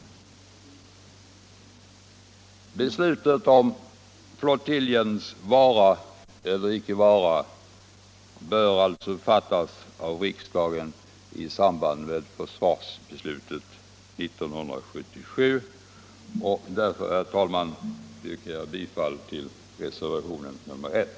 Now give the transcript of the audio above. Beslutet om flottiljens vara eller icke vara bör alltså fattas av riksdagen i samband med försvarsbeslutet 1977, och jag yrkar därför, herr talman, bifall till reservationen 1.